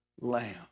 Lamb